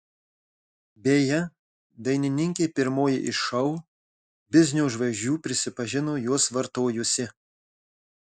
beje dainininkė pirmoji iš šou biznio žvaigždžių prisipažino juos vartojusi